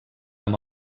amb